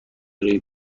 روی